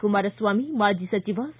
ಕುಮಾರಸ್ವಾಮಿ ಮಾಜಿ ಸಚಿವ ಸಾ